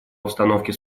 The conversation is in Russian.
обстановке